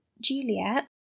Juliet